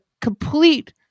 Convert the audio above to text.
complete